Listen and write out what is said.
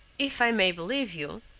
if i may believe you,